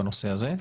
בנושא הזה.